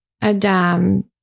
Adam